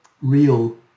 real